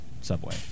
Subway